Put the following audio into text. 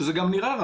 שזה גם נראה רע,